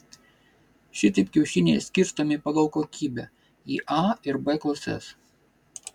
šitaip kiaušiniai skirstomi pagal kokybę į a ir b klases